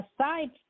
aside